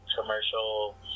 commercial